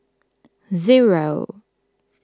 zero